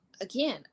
again